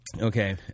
Okay